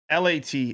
lat